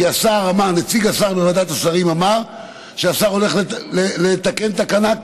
כי נציג השר בוועדת השרים אמר שהשר הולך לתקן תקנה.